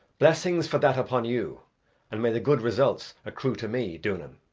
blessings for that upon you and may the good results accrue to me, duanan.